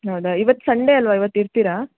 ಹೌದಾ ಇವತ್ತು ಸಂಡೆ ಅಲ್ವಾ ಇವತ್ತು ಇರ್ತೀರಾ